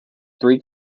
three